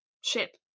ship